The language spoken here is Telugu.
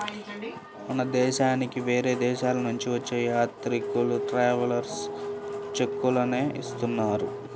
మన దేశానికి వేరే దేశాలనుంచి వచ్చే యాత్రికులు ట్రావెలర్స్ చెక్కులనే ఇస్తున్నారు